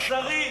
אכזרי,